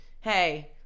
hey